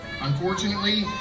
Unfortunately